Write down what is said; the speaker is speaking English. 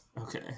Okay